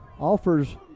offers